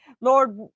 Lord